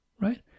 right